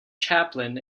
chaplain